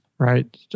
Right